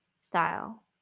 style